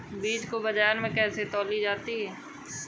बीज को बाजार में कैसे तौली जाती है?